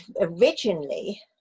originally